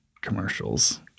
commercials